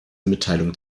mitteilung